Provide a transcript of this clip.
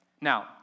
Now